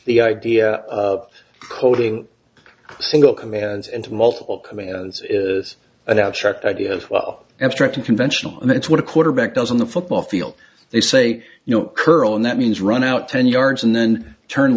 the idea of coding single commands into multiple commands is an abstract idea as well abstract and conventional and it's what a quarterback does on the football field they say you know curl and that means run out ten yards and then turn